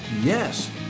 yes